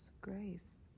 grace